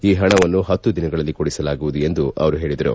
ಈ ಪಣವನ್ನು ಪತ್ತು ದಿನಗಳಲ್ಲಿ ಕೊಡಿಸಲಾಗುವುದು ಎಂದು ಅವರು ಹೇಳಿದರು